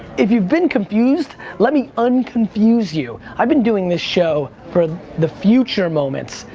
if you've been confused, let me un-confuse you. i've been doing this show for the future moments,